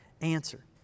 answer